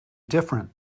different